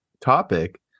topic